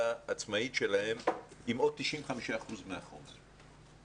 עצמאית שלהם עם עוד 95 אחוזים מהחומר.